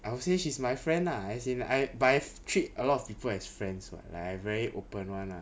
I would say she's my friend lah as in I but I treat a lot of people as friends what like I'm very opened [one] lah